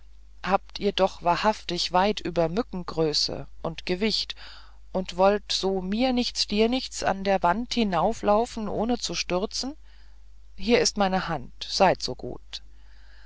habt ihr doch wahrhaftig weit über mückengröße und gewicht und wollt so mir nichts dir nichts an der wand hinauflaufen ohne zu stürzen hier ist meine hand seid so gut